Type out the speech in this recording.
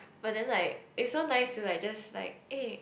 but then like it so nice lah it's just like